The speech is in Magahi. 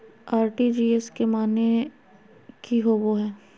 आर.टी.जी.एस के माने की होबो है?